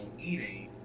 eating